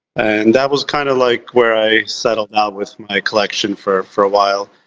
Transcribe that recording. and that was kind of like where i settled out with my collection for for a while.